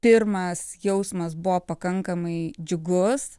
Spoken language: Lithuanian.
pirmas jausmas buvo pakankamai džiugus